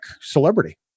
celebrity